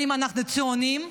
אם אנחנו ציונים,